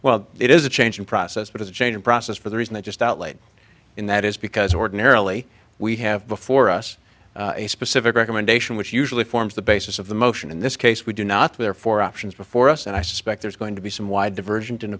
well it is a change in process because a change in process for the reason that just out late in that is because ordinarily we have before us a specific recommendation which usually forms the basis of the motion in this case we do not therefore options before us and i suspect there's going to be some wide diver